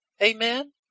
Amen